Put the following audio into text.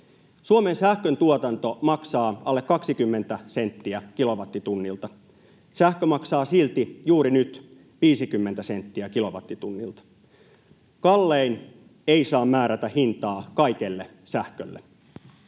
Suomen sähköntuotanto maksaa alle 20 senttiä kilowattitunnilta. Sähkö maksaa silti juuri nyt 50 senttiä kilowattitunnilta. Kallein ei saa määrätä hintaa kaikelle sähkölle.